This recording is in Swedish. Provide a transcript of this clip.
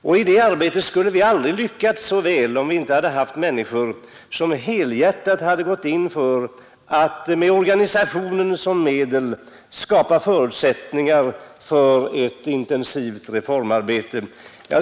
Vi skulle aldrig ha lyckats så väl som fallet varit, om det inte hade funnits människor som med organisationen som medel hade helhjärtat gått in för att skapa förutsätt Nr 61 ningar för ett intensivt reformarbete.